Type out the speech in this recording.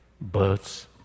birds